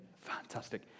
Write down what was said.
Fantastic